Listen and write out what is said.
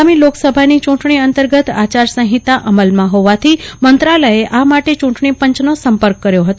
આગામી લોકસભાની ચૂંટણી અંતર્ગત આચારસંહિતા અમલમાં હોવાથી મંત્રાલયે આ માટે ચૂંટણીપંચનો સંપર્ક કર્યો હતો